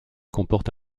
comporte